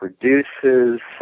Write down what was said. produces